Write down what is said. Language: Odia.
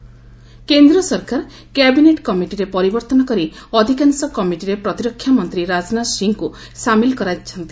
କ୍ୟାବିନେଟ୍ କମିଟି କେନ୍ଦ୍ର ସରକାର କ୍ୟାବିନେଟ୍ କମିଟିରେ ପରିବର୍ତ୍ତନ କରି ଅଧିକାଂଶ କମିଟିରେ ପ୍ରତିରକ୍ଷା ମନ୍ତ୍ରୀ ରାଜନାଥ ସିଂହଙ୍କୁ ସାମିଲ୍ କରିଛନ୍ତି